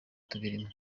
tubirimo